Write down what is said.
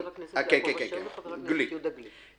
חבר הכנסת יעקב אשר וחבר הכנסת יהודה גליק.